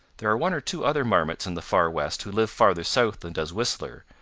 there are one or two other marmots in the far west who live farther south than does whistler,